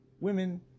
Women